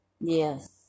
yes